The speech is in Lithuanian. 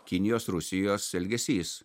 kinijos rusijos elgesys